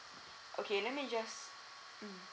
okay let me just mm